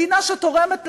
מדינה שתורמת לעולם,